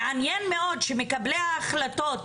מעניין מאוד שמקבלי ההחלטות,